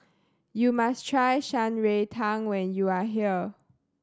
you must try Shan Rui Tang when you are here